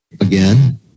again